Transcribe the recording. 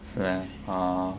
是 ah